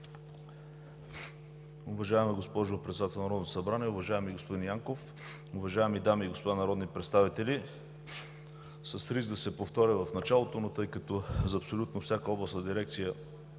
Уважаема госпожо Председател на Народното събрание, уважаеми господин Янков, уважаеми дами и господа народни представители! С риск да се повторя в началото, но тъй като за абсолютно всяка областна дирекция